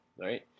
right